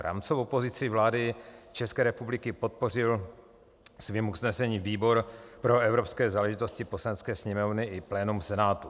Rámcovou pozici vlády České republiky podpořil svým usnesením výbor pro evropské záležitosti Poslanecké sněmovny i plénum Senátu.